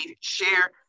share